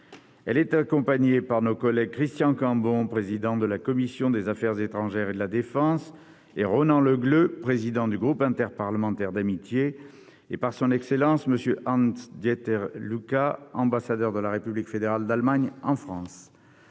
Elle est accompagnée par nos collègues Christian Cambon, président de la commission des affaires étrangères et de la défense, et Ronan Le Gleut, président du groupe interparlementaire d'amitié France-Allemagne, ainsi que par son excellence M. Hans-Dieter Lucas, ambassadeur de la République fédérale d'Allemagne en France.